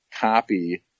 copy